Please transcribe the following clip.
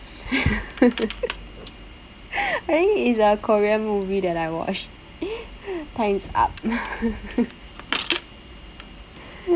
I think it's a korean movie that I watched time's up